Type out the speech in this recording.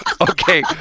Okay